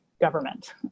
government